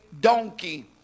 donkey